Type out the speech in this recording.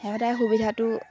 সুবিধাটো